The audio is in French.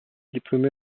diplômé